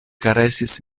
karesis